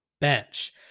bench